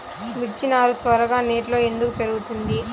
మిర్చి నారు త్వరగా నెట్లో ఎందుకు పెరుగుతుంది?